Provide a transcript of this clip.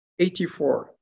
84